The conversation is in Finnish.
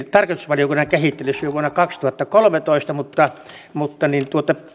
tarkastusvaliokunnan käsittelyssä jo vuonna kaksituhattakolmetoista mutta mutta